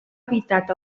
evitat